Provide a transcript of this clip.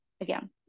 again